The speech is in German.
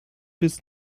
bis